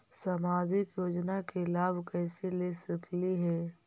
सामाजिक योजना के लाभ कैसे ले सकली हे?